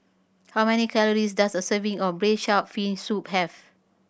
how many calories does a serving of Braised Shark Fin Soup have